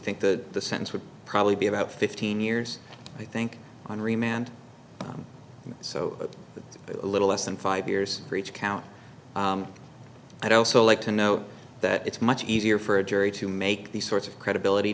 think that the sentence would probably be about fifteen years i think henri mand so a little less than five years for each count i'd also like to know that it's much easier for a jury to make these sorts of credibility